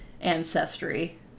ancestry